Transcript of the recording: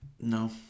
No